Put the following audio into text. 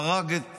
הרג את